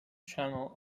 channel